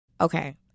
Okay